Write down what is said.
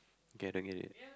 get get it